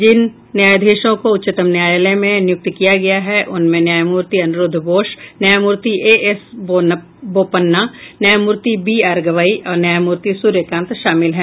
जिन न्यायाधीशों को उच्चतम न्यायालय में नियुक्त किया गया है उनमें न्यायमूर्ति अनिरूद्व बोस न्यायमूर्ति ए एस बोपन्ना न्यायमूर्ति बी आर गवई और न्यायमूर्ति सूर्यकांत शामिल हैं